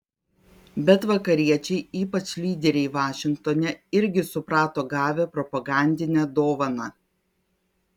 bet vakariečiai ypač lyderiai vašingtone irgi suprato gavę propagandinę dovaną